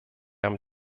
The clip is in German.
haben